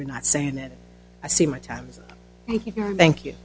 we're not saying that i see my time's thank you